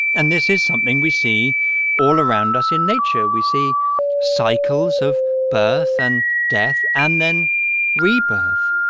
and this is something we see all around us in nature. we see cycles of birth and death and then rebirth.